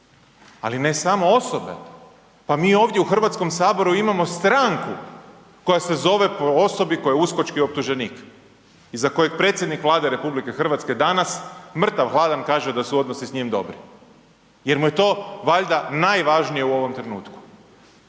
Ali, ne samo osobe. Pa mi ovdje u Hrvatskome saboru imamo stranku koja se zove po osobi koja je uskočki optuženik i za kojeg predsjednik Vlade RH danas, mrtav-hladan kaže da su odnosi s njim dobri jer mu je to valjda najvažnije u ovom trenutku.